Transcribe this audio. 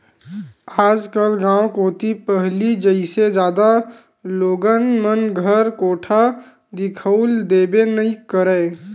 आजकल गाँव कोती पहिली जइसे जादा लोगन मन घर कोठा दिखउल देबे नइ करय